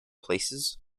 places